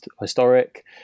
historic